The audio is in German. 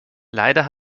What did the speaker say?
leider